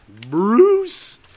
Bruce